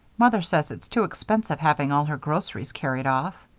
mother says it's too expensive having all her groceries carried off.